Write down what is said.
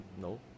no